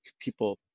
people